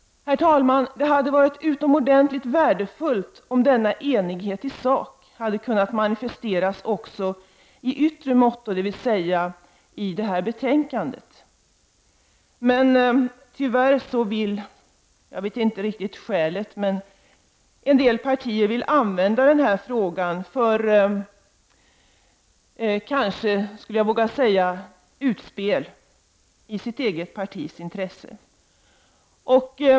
Herr talman! Det hade varit utomordentligt väsentligt om denna enighet i sak också hade kunnat manifesteras så att säga i yttre måtto — dvs. i detta betänkande. Tyvärr vill en del partier, jag vet inte riktigt varför, utnyttja den här frågan för, skulle jag vilja säga, utspel i sitt eget partis intresse.